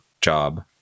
job